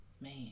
Man